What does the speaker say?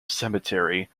cemetery